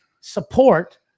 support